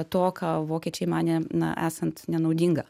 to ką vokiečiai manė esant nenaudinga